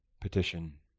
petition